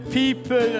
people